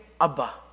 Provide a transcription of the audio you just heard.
Abba